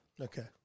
Okay